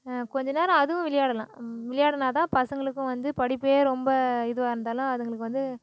கொஞ்சம் நேரம் அதுவும் விளையாடலாம் விளையாடினா தான் பசங்களுக்கும் வந்து படிப்பே ரொம்ப இதுவாக இருந்தாலும் அதுங்களுக்கு வந்து